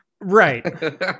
right